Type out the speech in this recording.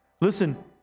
Listen